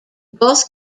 both